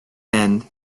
end